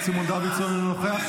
בנט סיפר את זה בריאיון.